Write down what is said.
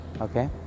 okay